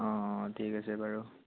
অঁ অঁ ঠিক আছে বাৰু